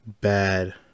bad